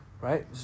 right